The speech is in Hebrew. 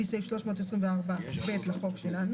לפי סעיף 324ב לחוק,